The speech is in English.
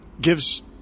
gives